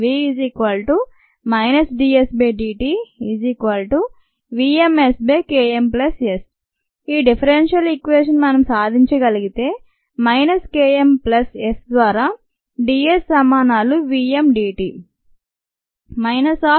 v dSdtvmSKmS ఈ differential equation మనం సాధించగలిగితే minus K m plus s ద్వారా d s సమానాలు v m d t